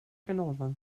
ganolfan